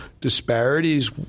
disparities